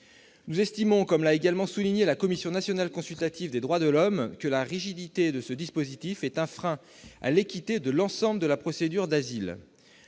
Nous estimons, comme l'a également souligné la Commission nationale consultative des droits de l'homme, que la rigidité de ce dispositif est un frein à l'équité de l'ensemble de la procédure d'asile.